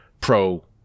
pro